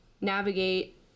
navigate